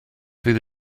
fydd